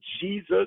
Jesus